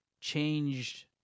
changed